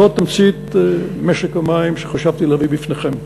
זאת תמצית משק המים שחשבתי להביא בפניכם.